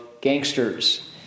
gangsters